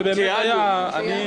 שבאמת היה --- ציינו.